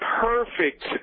perfect